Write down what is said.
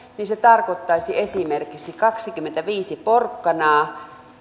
se tarkoittaisi esimerkiksi kaksikymmentäviisi porkkanaa